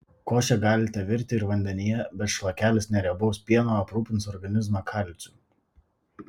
košę galite virti ir vandenyje bet šlakelis neriebaus pieno aprūpins organizmą kalciu